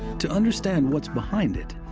to understand what's behind it,